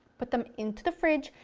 put them into the fridge,